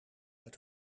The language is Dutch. uit